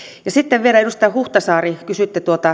edustaja huhtasaari kun kysyitte